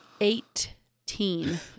Eighteen